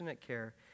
care